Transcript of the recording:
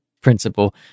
principle